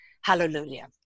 hallelujah